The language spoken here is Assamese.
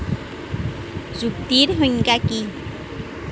যুক্তিৰ সংজ্ঞা কি